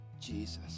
Jesus